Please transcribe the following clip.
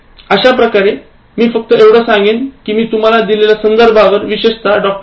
अश्याप्रकारे मी फक्त एवढं सांगेन की मी तुम्हाला दिलेल्या संदर्भांवर विशेषत डॉ